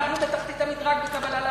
אנחנו בתחתית המדרג בקבלה לעבודה.